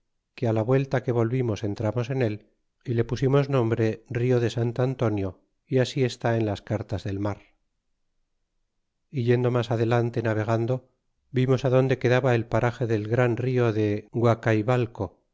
que á la vuelta que volvimos entramos en él y le pusimos nombre rio de sant antonio y así está en las cartas del mar e yendo mas adelante navegando vimos adonde quedaba el parage del gran rio de